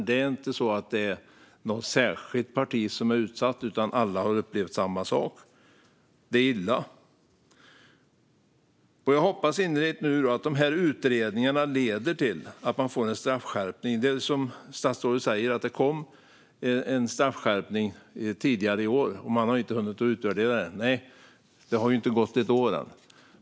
Det är inte ett särskilt parti som är utsatt. Alla har upplevt samma sak. Det är illa. Jag hoppas innerligt att utredningarna leder till en straffskärpning. Som statsrådet sa kom en straffskärpning tidigare i år. Den har man inte hunnit utvärdera. Det har ju inte gått ett år än.